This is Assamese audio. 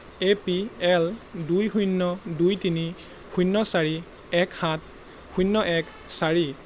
এ পি এল দুই শূন্য দুই তিনি শূন্য চাৰি এক সাত শূন্য এক চাৰি